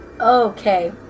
Okay